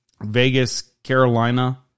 Vegas-Carolina